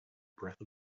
breath